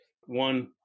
one